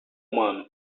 humano